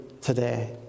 today